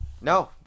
No